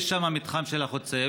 יש שם מתחם של החוצה,